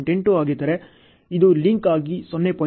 2 ಆಗಿದ್ದರೆ ಇದು ಲಿಂಕ್ ಆಗಿ 0